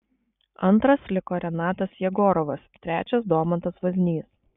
antras liko renatas jegorovas trečias domantas vaznys